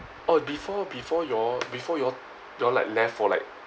oh before before you all before you all you all like left for like